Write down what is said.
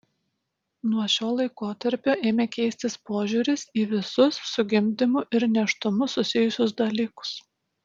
nuo šio laikotarpio ėmė keistis požiūris į visus su gimdymu ir nėštumu susijusius dalykus